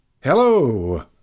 Hello